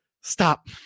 Stop